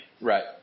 Right